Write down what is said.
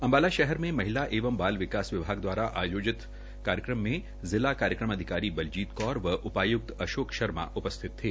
अम्बाला शहर में महिला एंव बाल विकास विभाग द्वारा कार्यक्रम आयोजित किया गया जहां जिला कार्यक्रम अधिकारी बलजीत कौर व अपाय्क्त अशोक अशर्मा उपस्थित थे